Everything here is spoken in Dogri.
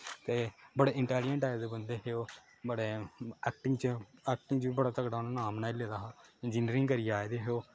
ते बड़े इटैलीजेंट टाइप दे बंदे हे ओह् बड़े ऐक्टिंग च ऐक्टिग च बी बड़ा तगड़ा उ'नें नाम बनाई लेदा हा इंजीनिरिंग करियै आए दे हे ओह्